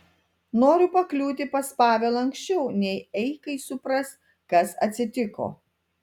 noriu pakliūti pas pavelą anksčiau nei eikai supras kas atsitiko